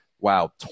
Wow